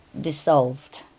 dissolved